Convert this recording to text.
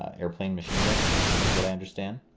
airplane machine gun is what i understand.